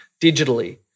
digitally